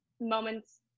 moments